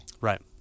Right